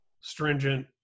stringent